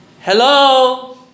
Hello